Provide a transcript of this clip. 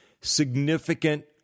significant